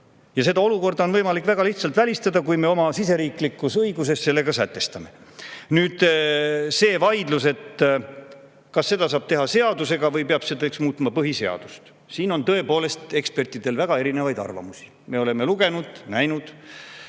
ja seda on võimalik väga lihtsalt välistada, kui me oma siseriiklikus õiguses selle nii sätestame. Nüüd see vaidlus, kas seda saab teha seadusega või peab selleks muutma põhiseadust. Tõepoolest on ekspertidel väga erinevaid arvamusi. Me oleme lugenud, näinud